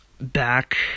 back